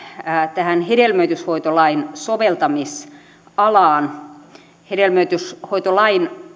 tähän hedelmöityshoitolain soveltamisalaan hedelmöityshoitolain